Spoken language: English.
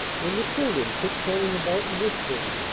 when the children, tiptoeing about and whispering,